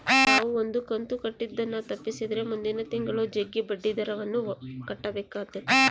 ನಾವು ಒಂದು ಕಂತು ಕಟ್ಟುದನ್ನ ತಪ್ಪಿಸಿದ್ರೆ ಮುಂದಿನ ತಿಂಗಳು ಜಗ್ಗಿ ಬಡ್ಡಿದರವನ್ನ ಕಟ್ಟಬೇಕಾತತೆ